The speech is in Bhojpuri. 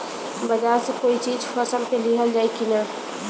बाजार से कोई चीज फसल के लिहल जाई किना?